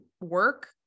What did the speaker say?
work